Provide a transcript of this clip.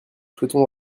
souhaitons